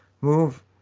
Move